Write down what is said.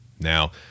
Now